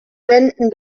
wänden